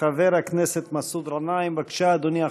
חבר הכנסת מסעוד גנאים, בבקשה, אדוני.